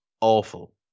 awful